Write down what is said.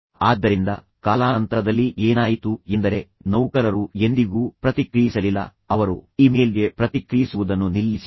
ಆದ್ದರಿಂದ ಕಾಲಾನಂತರದಲ್ಲಿ ಏನಾಯಿತು ಎಂದರೆ ನೌಕರರು ಎಂದಿಗೂ ಪ್ರತಿಕ್ರಿಯಿಸಲಿಲ್ಲ ಅವರು ಇಮೇಲ್ಗೆ ಪ್ರತಿಕ್ರಿಯಿಸುವುದನ್ನು ನಿಲ್ಲಿಸಿದರು